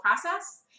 process